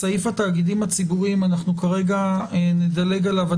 סעיף התאגידים הציבורים כרגע נדלג עליו.